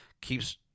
keeps